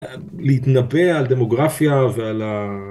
להתנבא על דמוגרפיה ועל ה...